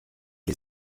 les